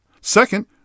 Second